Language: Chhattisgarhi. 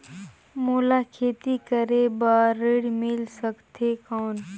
मोला खेती करे बार ऋण मिल सकथे कौन?